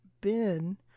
Ben